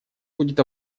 будет